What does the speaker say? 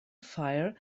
fire